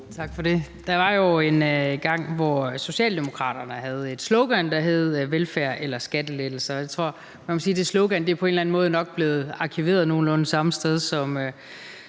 Tak for det. Der var jo engang, hvor Socialdemokraterne havde et slogan, der hed: velfærd eller skattelettelser. Jeg tror, at man må sige, at det slogan på en eller anden måde nok er blevet arkiveret nogenlunde samme sted, som